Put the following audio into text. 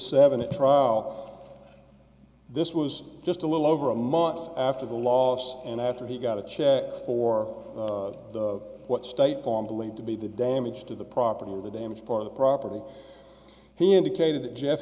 seven a trial this was just a little over a month after the loss and after he got a check for what state farm believed to be the damage to the property of the damaged part of the property he indicated that jeff